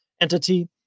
entity